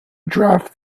draft